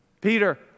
Peter